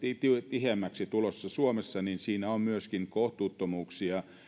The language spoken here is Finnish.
tiheämmäksi tulossa suomessa on myöskin kohtuuttomuuksia